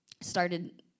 started